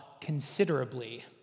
considerably